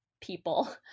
people